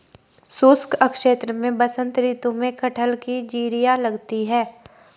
शुष्क क्षेत्र में बसंत ऋतु में कटहल की जिरीयां लगती है